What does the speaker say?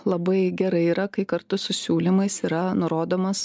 labai gerai yra kai kartu su siūlymais yra nurodomas